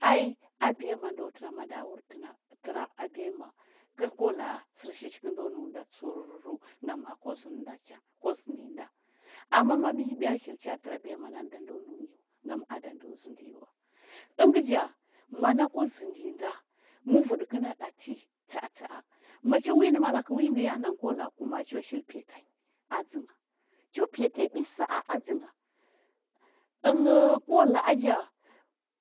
Ai abiya ma ndo tɚra, mada wur abiyama, kɚl ko la’a sɚr shishi kɚnda nɚu nda tsuru ngam akwa zɚndɚ nda cha kwa zɚnda nda ama ma mihiɓya shili cha tɚra biyama nani da ndo nɚu nyi wa ngam ada ndo zɚndɚ nyi wa ɚngɚ ja, mana kwa zɚndɚ nyi nda muvuɗɚ kɚnda ɗabi cha’a cha’a. macha wi nɚ malakɚ wi ngɚ win a nga, ko la’a ku ma’a cho shili piya tanyi adzɚngha cho piya tanyi ɓisa a adzɚngha ɚnghɚu ko laa ja